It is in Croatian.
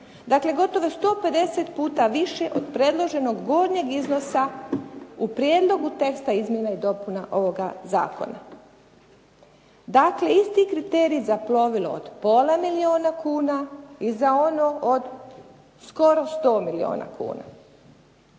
Dakle, gotovo 150 puta više od predloženog gornjeg iznosa u prijedlogu teksta izmjena i dopuna ovoga zakona. Dakle, isti kriterij za plovilo od pola milijuna kuna i za ono od skoro 100 milijuna kuna.